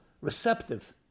receptive